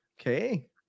Okay